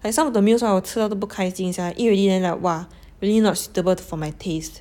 and some of the meals hor 我吃了都不开心 sia eat already then like !wah! really not suitable for my taste